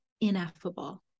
ineffable